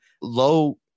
low